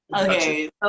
okay